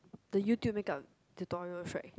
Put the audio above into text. the YouTube makeup tutorial rights